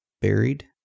buried